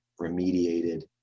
remediated